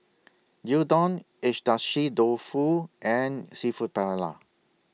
Gyudon Agedashi Dofu and Seafood Paella